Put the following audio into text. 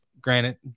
Granted